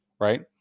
right